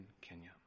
Kenya